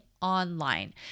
online